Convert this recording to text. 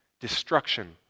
destruction